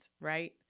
right